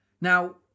Now